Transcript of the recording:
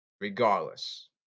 Regardless